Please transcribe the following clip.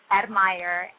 admire